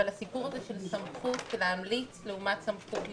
אבל הסיפור הזה של סמכות להמליץ לעומת סמכות לקבוע,